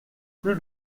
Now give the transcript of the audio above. plus